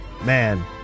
Man